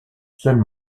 seule